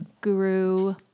guru